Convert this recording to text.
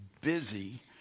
busy